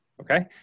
Okay